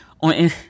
on